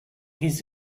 his